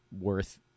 worth